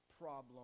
problem